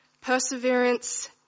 perseverance